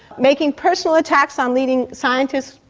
making personal attacks on leading scientists,